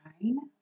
nine